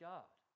God